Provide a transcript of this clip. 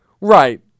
Right